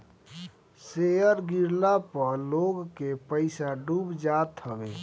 share गिरला पअ लोग के पईसा डूब जात हवे